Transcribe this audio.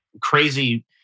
crazy